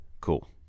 cool